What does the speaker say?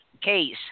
case